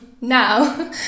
now